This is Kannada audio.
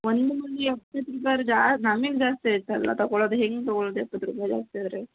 ಒಂದು ಮೊಳ ಎಪ್ಪತ್ತು ರೂಪಾಯಿ ಆರ್ ಜಾ ನಮಗೆ ಜಾಸ್ತಿ ಆಯಿತಲ್ಲ ತಗೊಳೋದು ಹೇಗೆ ತಗೊಳೋದು ಎಪ್ಪತ್ತು ರೂಪಾಯಿ ಜಾಸ್ತಿ ಆದರೆ